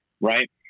right